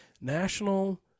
National